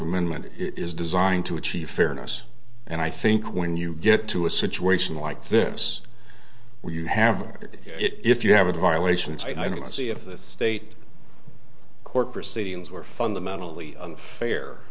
amendment is designed to achieve fairness and i think when you get to a situation like this where you have if you have a violations i need to see if this state court proceedings were fundamentally fair